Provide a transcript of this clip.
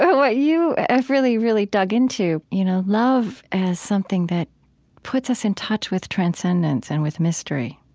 what you have really, really dug into you know love as something that puts us in touch with transcendence and with mystery.